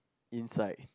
inside